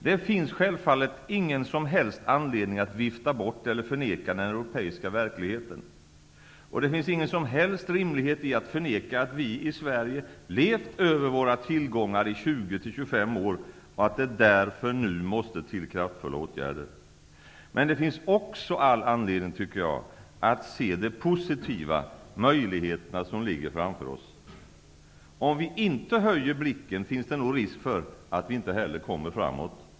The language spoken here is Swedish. Det finns självfallet ingen som helst anledning att vifta bort eller förneka den europeiska verkligheten. Det finns ingen som helst rimlighet i att förneka att vi i Sverige levt över våra tillgångar i 20--25 år och att det därför nu måste till kraftfulla åtgärder. Men det finns all anledning, tycker jag, att se det positiva, möjligheterna som ligger framför oss. Om vi inte höjer blicken, finns det risk för att vi inte heller kommer framåt.